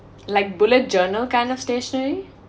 like bullet journal kind of stationary